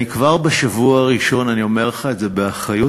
אני כבר בשבוע הראשון, אני אומר לך את זה באחריות,